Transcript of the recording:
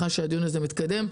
שהדיון הזה מתקיים.